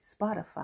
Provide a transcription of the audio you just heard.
Spotify